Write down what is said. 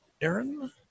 Aaron